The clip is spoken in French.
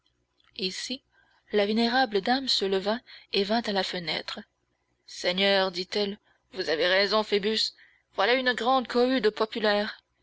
ici la vénérable dame se leva et vint à la fenêtre seigneur dit-elle vous avez raison phoebus voilà une grande cohue de populaire